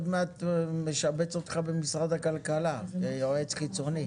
אני עוד משבץ אותך במשרד הכלכלה כיועץ חיצוני.